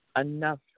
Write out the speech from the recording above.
enough